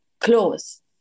close